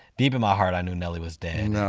deep in my heart, i knew nelly was dead.